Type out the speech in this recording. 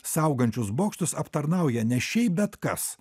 saugančius bokštus aptarnauja ne šiaip bet kas